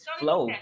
flow